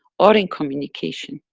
are in communication.